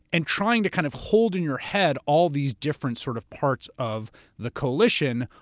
and trying to kind of hold in your head all these different sort of parts of the coalition,